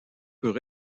peut